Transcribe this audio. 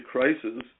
Crisis